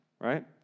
right